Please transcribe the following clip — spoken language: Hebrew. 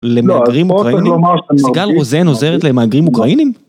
למהגרים אוקראינים? סיגל רוזן עוזרת למהגרים אוקראינים?